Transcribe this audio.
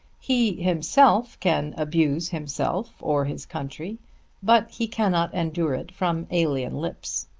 he himself can abuse himself, or his country but he cannot endure it from alien lips.